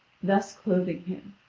thus clothing him.